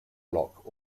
block